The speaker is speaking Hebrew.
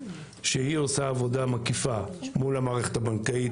שהיא עושה עבודה מקיפה מול המערכת הבנקאית,